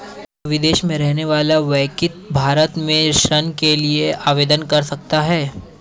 क्या विदेश में रहने वाला व्यक्ति भारत में ऋण के लिए आवेदन कर सकता है?